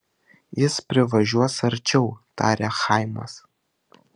jis privažiuos arčiau tarė chaimas